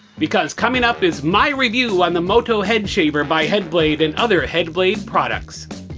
because coming up is my review on the moto head shaver by headblade and other headblade products.